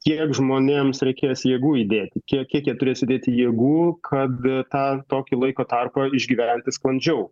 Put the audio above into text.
kiek žmonėms reikės jėgų įdėti kiek jie turės įdėti jėgų kad tą tokį laiko tarpą išgyventi sklandžiau